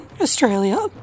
Australia